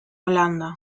holanda